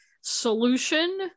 solution